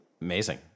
Amazing